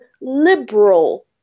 liberal